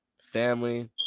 family